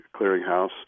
Clearinghouse